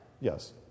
Yes